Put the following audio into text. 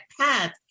path